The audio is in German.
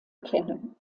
kennen